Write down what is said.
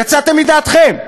יצאתם מדעתכם.